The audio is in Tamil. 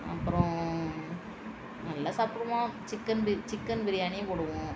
அப்பறம் நல்லா சாப்பிடுவான் சிக்கன் பி சிக்கன் பிரியாணியும் போடுவோம்